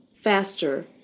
Faster